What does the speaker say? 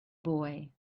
boy